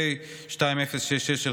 פ/2066/25,